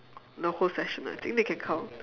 the whole session I think they can count